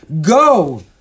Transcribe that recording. Go